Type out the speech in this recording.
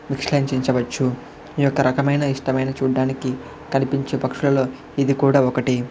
విశ్లేషించవచ్చు ఈ యొక్క రకమైన ఇష్టమైన చూడ్డానికి కనిపించే పక్షులలో ఇది కూడా ఒకటి